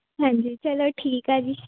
ਹਾਂਜੀ ਚਲੋ ਠੀਕ ਆ ਜੀ